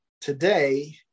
today